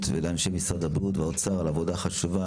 ולאנשי משרד הבריאות והאוצר על עבודה חשובה.